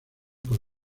por